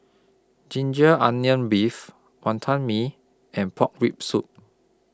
Ginger Onions Beef Wantan Mee and Pork Rib Soup